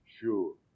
sure